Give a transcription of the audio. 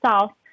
South